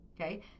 Okay